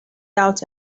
out